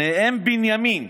שניהם בנימין.